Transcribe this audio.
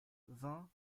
vingt